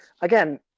again